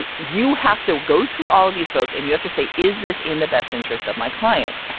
you have to go through all of these votes and you have to say, is this in the best interest of my clients?